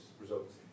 results